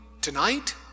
tonight